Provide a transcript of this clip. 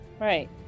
Right